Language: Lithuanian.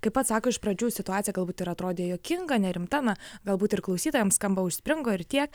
kaip pats sako iš pradžių situacija galbūt ir atrodė juokinga nerimta na galbūt ir klausytojams skamba užspringo ir tiek